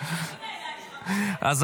תמיד אתה מתלונן על הצד הזה --- בצד הזה.